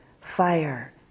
fire